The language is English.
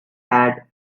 had